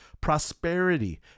prosperity